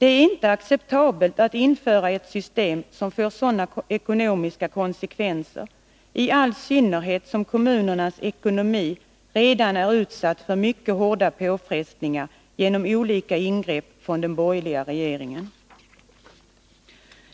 Det är inte acceptabelt att införa ett system som får sådana ekonomiska konsekvenser, i all synnerhet som kommunernas ekonomi redan är utsatt för mycket hårda påfrestningar genom olika ingrepp från den borgerliga regeringen.